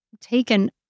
taken